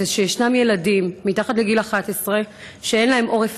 זה שישנם ילדים מתחת לגיל 11 שאין להם עורף